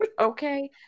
Okay